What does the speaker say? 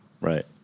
Right